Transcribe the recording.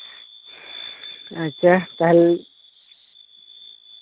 ᱟᱪᱪᱷᱟ ᱛᱟᱦᱚᱞᱮ